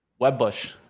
Webbush